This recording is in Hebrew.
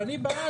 אני בעמוד